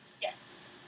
Yes